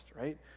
right